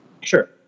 Sure